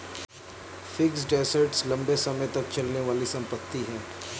fixed assets लंबे समय तक चलने वाली संपत्ति है